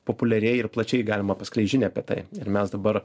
populiariai ir plačiai galima paskleist žinią apie tai ir mes dabar